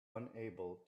unable